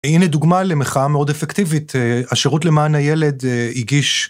הנה דוגמה למחאה מאוד אפקטיבית השירות למען הילד הגיש.